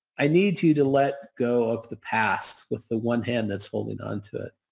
i need you to let go of the past with the one hand that's holding onto it